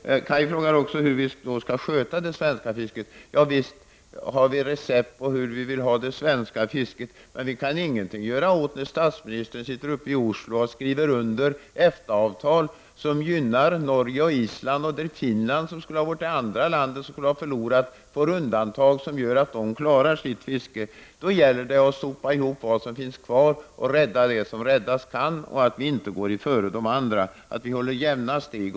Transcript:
Kaj Larsson undrar då hur det svenska fisket skall skötas. Visst har vi moderater recept på hur det svenska fisket skall skötas. Men vi kan ingenting göra när statsministern sitter i Oslo och skriver under EFTA-avtal som gynnar Norge och Island. När Finland skulle vara det andra landet som förlorade på avtalet fick Finland undantag inskrivna som gör att det landet klarar sitt fiske. Då gäller det att sopa ihop det som finns kvar och rädda det som räddas kan. Sverige kan inte gå före de andra länderna utan måste hålla jämna steg.